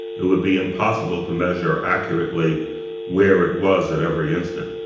it would be impossible to measure accurately where it was at every instant.